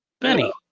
benny